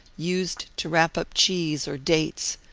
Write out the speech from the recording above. used to wrap up cheese or dates,